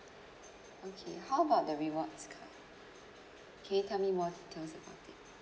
okay how about the rewards card can you tell me more details about it